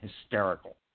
hysterical